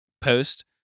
post